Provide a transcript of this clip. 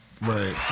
Right